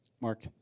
Mark